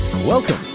Welcome